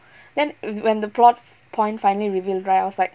then whe~ when the plot point finally revealed right I was like